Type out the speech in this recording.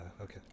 okay